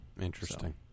Interesting